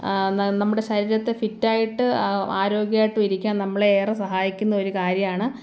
നമ്മുടെ ശരീരത്തെ ഫിറ്റായിട്ട് ആരോഗ്യായിട്ട് ഇരിക്കാൻ നമ്മളെ ഏറെ സഹായിക്കുന്ന ഒരു കാര്യമാണ്